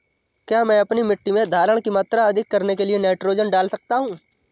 क्या मैं अपनी मिट्टी में धारण की मात्रा अधिक करने के लिए नाइट्रोजन डाल सकता हूँ?